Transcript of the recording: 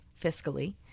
fiscally